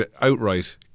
outright